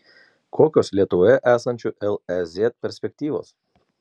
kokios lietuvoje esančių lez perspektyvos